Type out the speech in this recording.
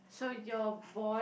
so your boy